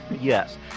Yes